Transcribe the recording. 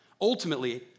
Ultimately